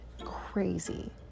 Crazy